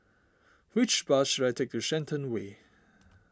which bus should I take to Shenton Way